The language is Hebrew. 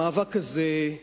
המאבק הזה,